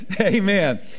amen